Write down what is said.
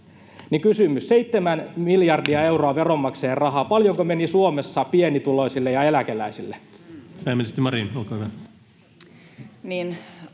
Kysymys: 7 miljardia euroa veronmaksajien rahaa — paljonko meni Suomessa pienituloisille ja eläkeläisille? Pääministeri Marin, olkaa hyvä.